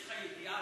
יש לך ידיעה.